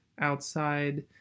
outside